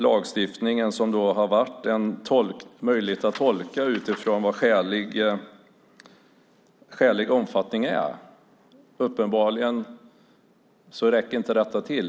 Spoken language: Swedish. Lagstiftningen på området har det varit möjligt att tolka utifrån vad som är skälig omfattning. Men uppenbarligen räcker inte detta.